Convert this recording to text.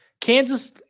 Kansas